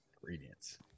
Ingredients